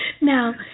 now